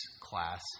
class